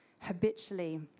Habitually